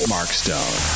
Markstone